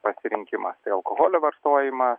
pasirinkimą tai alkoholio vartojimą